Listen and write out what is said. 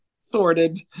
Sorted